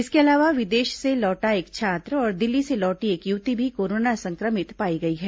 इसके अलावा विदेश से लौटा एक छात्र और दिल्ली से लौटी एक युवती भी कोरोना संक्रमित पाई गई है